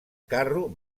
carro